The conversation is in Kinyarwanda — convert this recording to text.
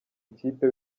ikipe